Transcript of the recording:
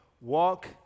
walk